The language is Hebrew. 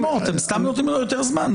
אם ישמע שאמרת עליו מישהו את יודעת מה יעשה.